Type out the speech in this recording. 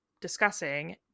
discussing